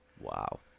wow